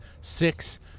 six